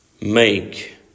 make